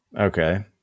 Okay